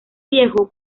viejo